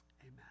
Amen